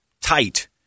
tight—